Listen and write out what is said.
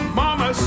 mama